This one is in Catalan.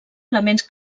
elements